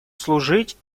служить